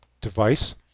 device